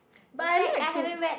but I like to